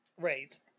Right